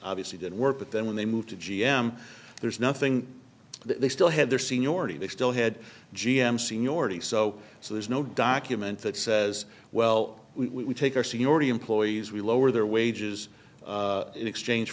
obviously didn't work but then when they moved to g m there's nothing they still had their seniority they still had g m seniority so so there's no document that says well we take our seniority employees we lower their wages in exchange